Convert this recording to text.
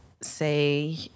say